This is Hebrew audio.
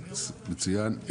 מצוין.